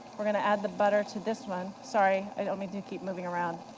we're going to add the butter to this one. sorry, i don't mean to keep moving around.